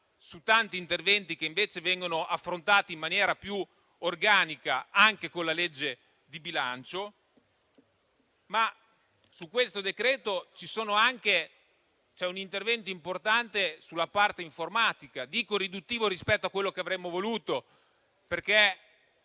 in altri interventi che vengono affrontati in maniera più organica, anche con la legge di bilancio. Ad ogni modo, nel decreto-legge c'è anche un intervento importante sulla parte informatica. È riduttivo rispetto a quello che avremmo voluto, perché